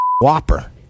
Whopper